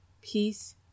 peace